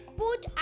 put